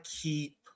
keep